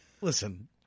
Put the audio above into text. listen